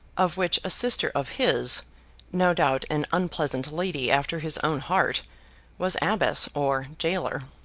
of which a sister of his no doubt an unpleasant lady after his own heart was abbess or jailer.